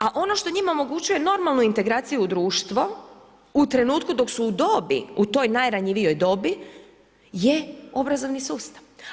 A ono što njima omogućuje normalnu integraciju u društvo u trenutku dok su u dobi, u toj najranjivijoj dobi je obrazovni sustav.